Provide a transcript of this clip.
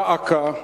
דא עקא,